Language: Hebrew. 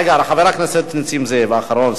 רגע, חבר הכנסת נסים זאב, האחרון.